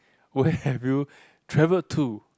where have you travelled to